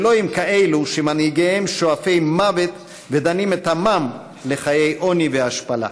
ולא עם כאלה שמנהיגיהם שואפי מוות ודנים את עמם לחיי עוני והשפלה.